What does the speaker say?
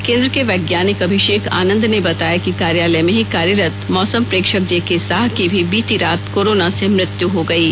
केंद्र के वैज्ञानिक अभिषेक आनंद ने बताया कि कार्यालय में ही कार्यरत मौसम प्रेक्षक जेके साह की भी बीती रात कोरोना से मृत्यु हो गयी